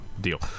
deal